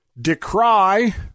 decry